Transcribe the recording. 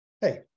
Hey